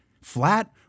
Flat